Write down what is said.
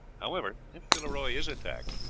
however, if villeroy is attacked,